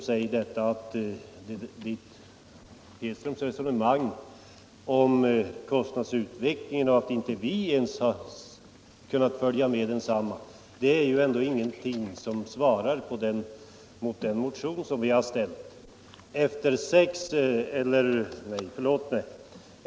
Herr Hedströms resonemang om kostnadsutvecklingen och påstående att inte ens vi motionärer har kunnat följa med densamma är ju ändå inget svar på den motion som vi har väckt.